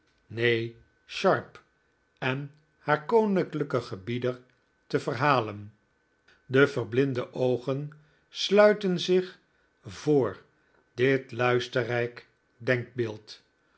nee sharp en haar koninklijken gebieder te verhalen de verblinde oogen sluiten zich voor dit luisterrijk